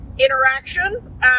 interaction